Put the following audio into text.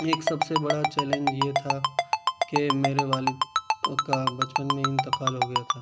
ایک سب سے بڑا چیلنج یہ تھا کہ میرے والد کا بچپن میں انتقال ہو گیا تھا